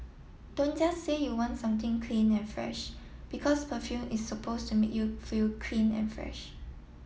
don't just say you want something clean and fresh because perfume is suppose to make you feel clean and fresh